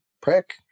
prick